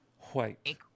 White